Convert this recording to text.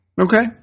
Okay